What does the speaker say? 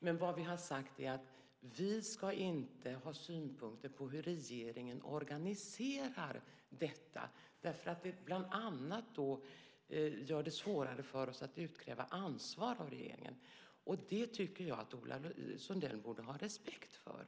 Men vad vi har sagt är att vi inte ska ha synpunkter på hur regeringen organiserar detta därför att det bland annat gör det svårare för oss att utkräva ansvar av regeringen. Och det tycker jag att Ola Sundell borde ha respekt för.